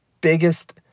biggest